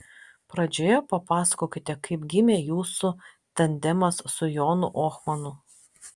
pradžioje papasakokite kaip gimė jūsų tandemas su jonu ohmanu